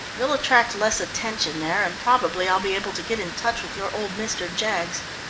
we'll attract less attention there, and probably i'll be able to get into touch with your old mr. jaggs.